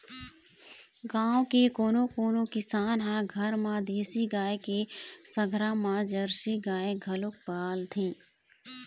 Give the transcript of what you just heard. गाँव के कोनो कोनो किसान ह घर म देसी गाय के संघरा म जरसी गाय घलोक पालथे